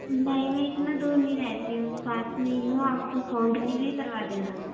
نہیں میں اتنا دور نہیں رہتی ہوں پاس میں ہی ہوں آپ وہ ہوم ڈلیوری کروا دینا